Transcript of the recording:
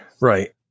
Right